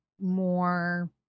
more